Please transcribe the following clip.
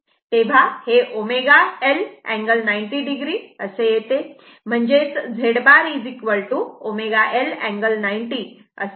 तेव्हा हे ω L angle 90 o असे येते म्हणजेच Z bar ω L angle 90 o असे येते